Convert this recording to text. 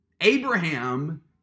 Abraham